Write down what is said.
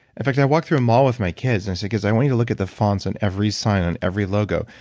in fact, i walked through a mall with my kids and says, because i want you to look at the fonts and every sign on every logo.